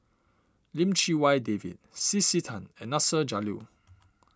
Lim Chee Wai David C C Tan and Nasir Jalil